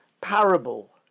parable